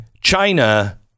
China